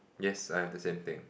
yes I have the same thing